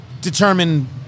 determine